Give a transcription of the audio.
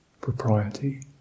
Propriety